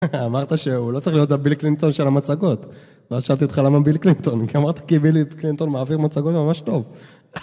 אתה אמרת שהוא לא צריך להיות הביל קלינטון של המצגות, ואז שאלתי אותך למה ביל קלינטון, כי אמרת, כי בילי קלינטון מעביר מצגות ממש טוב